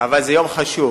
אבל זה יום חשוב.